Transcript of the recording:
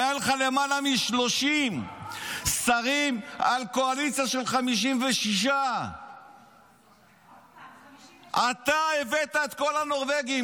היו לך יותר מ-30 שרים על קואליציה של 56. אתה הבאת את כל הנורבגים,